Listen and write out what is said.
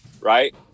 Right